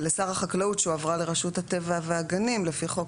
ולשר החקלאות שהועברה לרשות הטבע והגנים לפי חוק